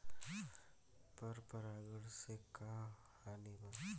पर परागण से का हानि बा?